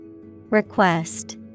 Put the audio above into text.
Request